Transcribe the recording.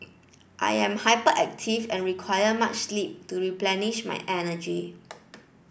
I am hyperactive and require much sleep to replenish my energy